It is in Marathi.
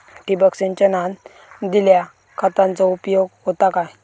ठिबक सिंचनान दिल्या खतांचो उपयोग होता काय?